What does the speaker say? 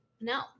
No